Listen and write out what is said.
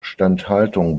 instandhaltung